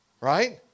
Right